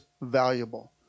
valuable